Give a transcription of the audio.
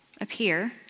appear